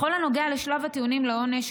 בכל הנוגע לשלב הטיעונים לעונש,